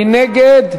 מי נגד?